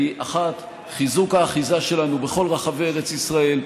היא אחת: חיזוק האחיזה שלנו בכל רחבי ארץ ישראל,